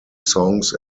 songs